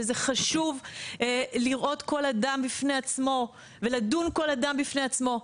וחשוב לראות כל אדם בפני עצמו ולדון כל אדם בפני עצמו.